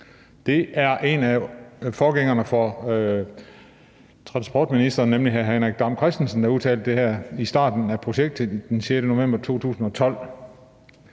Det var en af transportministerens forgængere, nemlig hr. Henrik Dam Kristensen, der udtalte det her i starten af projektet, den 6. november 2012.